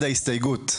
ההסתייגות?